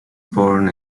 born